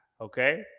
Okay